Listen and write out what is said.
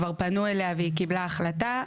כבר פנו אליה והיא קיבלה החלטה,